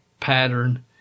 pattern